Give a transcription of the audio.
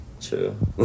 True